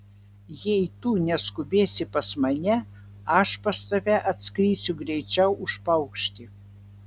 jei tu neskubėsi pas mane aš pas tave atskrisiu greičiau už paukštį